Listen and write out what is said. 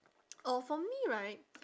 oh for me right